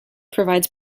provides